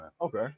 Okay